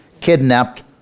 kidnapped